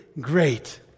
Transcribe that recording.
great